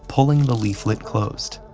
pulling the leaflet closed.